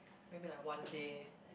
maybe like one day